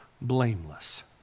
blameless